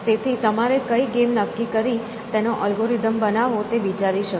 તેથી તમારે કઈ ગેમ નક્કી કરી તેનો અલ્ગોરિધમ બનાવવો તે વિચારી શકો